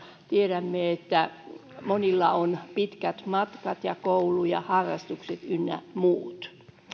tiedämme että monilla on pitkät matkat koulu ja harrastukset ynnä muut